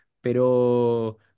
Pero